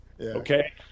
okay